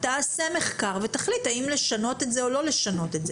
תעשה מחקר ותחליט האם לשנות את זה או לא לשנות את זה.